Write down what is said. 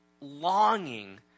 longing